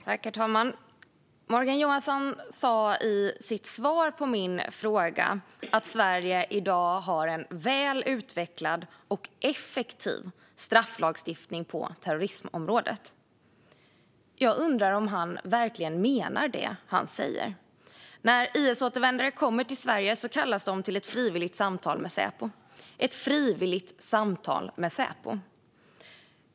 Herr talman! Morgan Johansson säger i sitt svar på min interpellation att Sverige i dag har en väl utvecklad och effektiv strafflagstiftning på terrorismområdet. Jag undrar om han verkligen menar det han säger. När IS-återvändare kommer till Sverige kallas de till ett frivilligt samtal med Säpo - ett frivilligt samtal med Säpo!